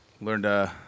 learned